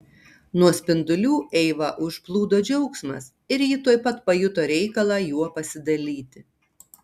nuo spindulių eivą užplūdo džiaugsmas ir ji tuoj pat pajuto reikalą juo pasidalyti